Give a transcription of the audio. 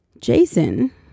Jason